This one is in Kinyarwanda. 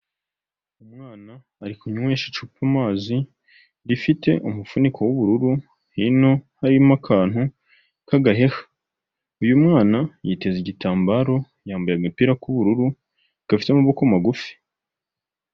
Umwana ari kunkwesha icupa mazi rifite umufuniko w'ubururu, hino harimo akantu k'agaheha, uyu mwana yiteze igitambaro yambaye agapira k'ubururu gafite amaboko magufi.